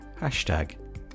Hashtag